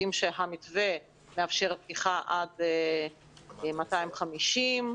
המתווה מאפשר פתיחה עד 250 אנשים,